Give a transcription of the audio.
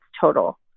total